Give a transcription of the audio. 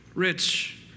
rich